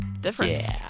difference